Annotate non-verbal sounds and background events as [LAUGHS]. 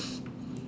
[LAUGHS]